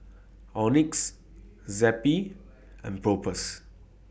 Oxy Zappy and Propass